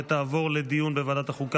ותעבור לדיון בוועדת החוקה,